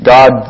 God